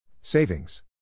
Savings